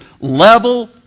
level